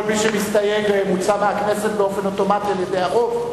כל מי שמסתייג מוצא מהכנסת באופן אוטומטי על-ידי הרוב?